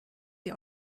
sie